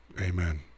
amen